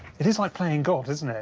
it is like playing god, isn't it?